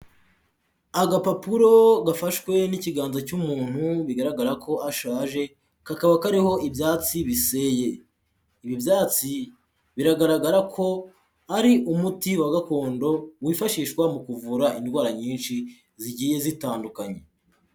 Agapapuro gafashwe n'ikiganza cy'umuntu bigaragara ko ashaje, kakaba kariho ibyatsi biseye, ibi byatsi biragaragara ko ari umuti wa gakondo wifashishwa mu kuvura indwara nyinshi zigiye zitandukanye.